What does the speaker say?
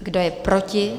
Kdo je proti?